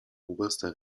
oberster